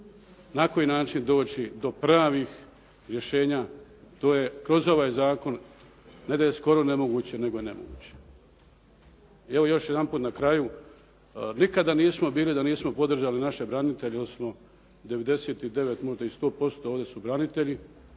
na koji način doći do pravih rješenja, to je kroz ovaj zakon ne da je skoro nemoguće, nego je nemoguće. Evo još jedanput na kraju, nikada nismo bili da nismo podržali naše branitelje odnosno 99, možda i 100% ovdje su branitelji,